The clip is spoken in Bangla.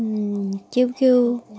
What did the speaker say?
কেউ কেউ